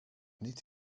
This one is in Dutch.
niet